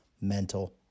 mental